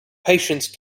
patience